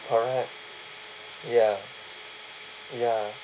correct ya ya